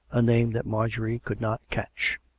a name that marjorie could not catch.